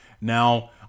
now